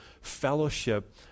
fellowship